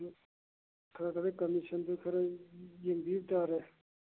ꯈꯔ ꯈꯔ ꯀꯃꯤꯁꯟꯗꯨ ꯈꯔ ꯌꯦꯡꯕꯤꯕ ꯇꯥꯔꯦ